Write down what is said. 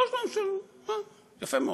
יפה מאוד.